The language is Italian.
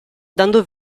dando